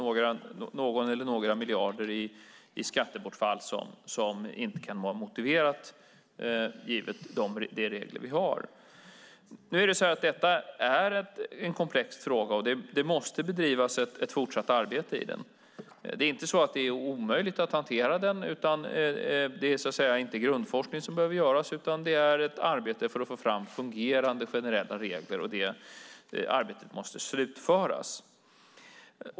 Det är någon eller några miljarder i skattebortfall som inte kan vara motiverat givet de regler som vi har. Detta är en komplex fråga, och det måste bedrivas ett fortsatt arbete i den. Det är inte omöjligt att hantera den. Det är så att säga inte grundforskning som behöver göras utan det är ett arbete för att få fram fungerande generella regler, och det arbetet måste slutföras.